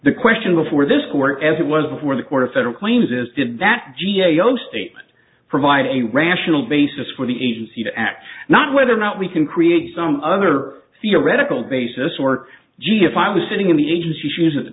the question before this court as it was before the court a federal claims is did that g a o statement provide a rational basis for the agency to act not whether or not we can create some other theoretical basis or gee if i was sitting in the agency shoes at the